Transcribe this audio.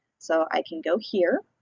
so i can go here,